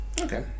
Okay